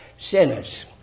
Sinners